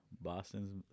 Boston's